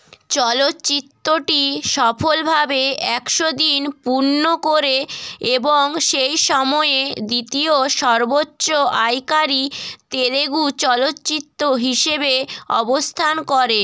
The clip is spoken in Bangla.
চলচ্চিত্রটি সফলভাবে একশো দিন পূর্ণ করে এবং সেই সময়ে দ্বিতীয় সর্বোচ্চ আয়কারী তেলেগু চলচ্চিত্র হিসেবে অবস্থান করে